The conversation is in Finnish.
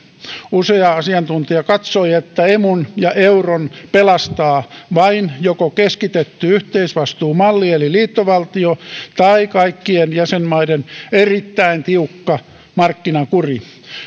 usea asiantuntija katsoi että emun ja euron pelastaa vain joko keskitetty yhteisvastuumalli eli liittovaltio tai kaikkien jäsenmaiden erittäin tiukka markkinakuri